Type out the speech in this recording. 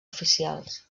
oficials